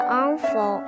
armful